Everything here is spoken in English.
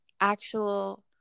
actual